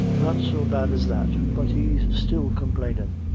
not so bad as that but he's still complainin'.